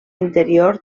interior